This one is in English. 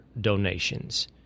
donations